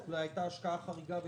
או אולי הייתה השקעה חריגה בתשתיות,